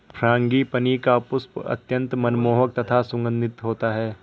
frangipani का पुष्प अत्यंत मनमोहक तथा सुगंधित होता है